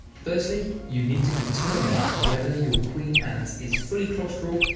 firstly you need to determine whether your queen and is fully claustral.